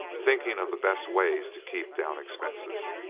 thinking of the best way to keep down expenses.